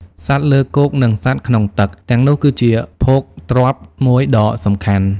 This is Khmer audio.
សត្វលើគោកនឹងសត្វក្នុងទឹកទាំងនោះគឺជាភោគទ្រព្យមួយដ៏សំខាន់។